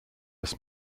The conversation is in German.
des